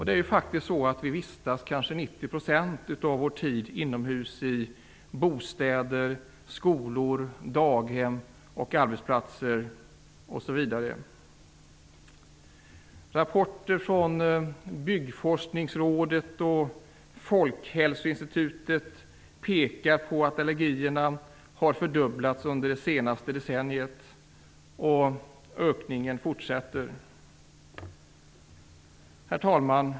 Det är ju faktiskt så att vi vistas kanske 90 % av vår tid inomhus, i bostäder, skolor, daghem och på arbetsplatser. Rapporter från Byggforskningsrådet och Folkhälsoinstitutet pekar på att allergierna har fördubblats under det senaste decenniet, och ökningen fortsätter. Herr talman!